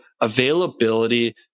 availability